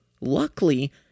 Luckily